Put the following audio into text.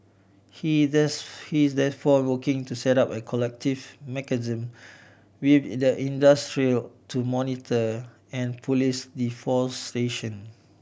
he is this he is therefore rocking to set up a collective mechanism with the industry to monitor and police deforestation